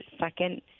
second